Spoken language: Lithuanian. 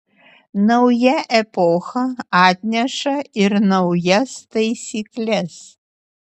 nauja epocha atneša ir naujas taisykles